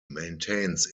maintains